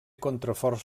contraforts